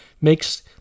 makes